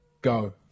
Go